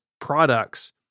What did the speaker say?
products